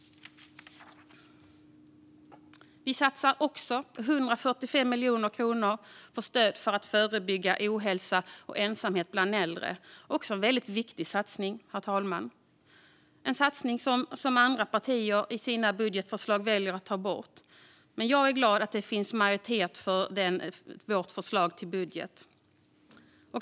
Vi satsar också 145 miljoner kronor på stöd för att förebygga ohälsa och ensamhet bland äldre. Det är också en väldigt viktig satsning, en satsning som andra partier i sina budgetförslag väljer att ta bort. Men jag är glad över att det finns majoritet för vårt förslag till budget.